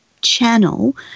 channel